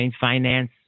finance